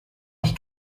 ich